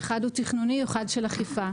אחד הוא תכנוני ואחד של אכיפה.